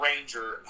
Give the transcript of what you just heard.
Ranger